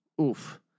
Oof